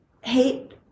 hate